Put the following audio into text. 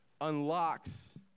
unlocks